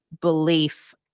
belief